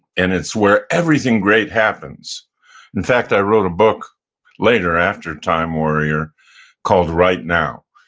and it's where everything great happens in fact, i wrote a book later after time warrior called right now.